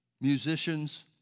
musicians